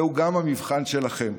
זהו גם המבחן שלכם.